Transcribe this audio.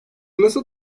nasıl